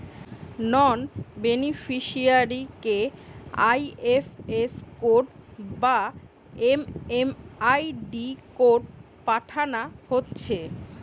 নন বেনিফিসিয়ারিকে IFS code বা MMID code পাঠানা হচ্ছে